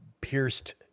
pierced